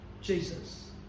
Jesus